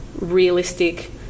realistic